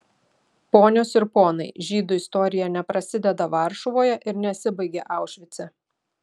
ponios ir ponai žydų istorija neprasideda varšuvoje ir nesibaigia aušvice